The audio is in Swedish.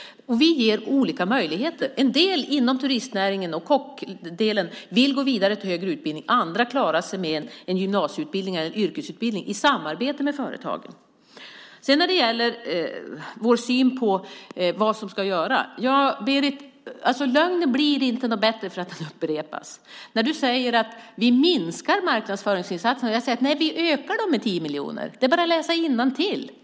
Vi ger olika möjligheter. En del inom turistnäringen och kockyrket vill gå vidare till högre utbildning, andra klarar sig med en gymnasieutbildning eller en yrkesutbildning i samarbete med företagen. När det gäller vår syn på vad som ska göras blir inte lögnen bättre för att den upprepas, Berit. Du säger att vi minskar marknadsföringsinsatserna. Jag säger: Nej, vi ökar dem med 10 miljoner. Det är bara att läsa innantill.